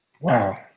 Wow